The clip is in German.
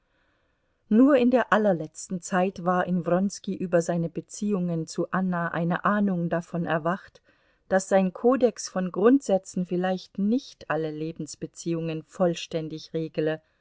nur in der allerletzten zeit war in wronski über seine beziehungen zu anna eine ahnung davon erwacht daß sein kodex von grundsätzen vielleicht nicht alle lebensbeziehungen vollständig regele